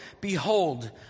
behold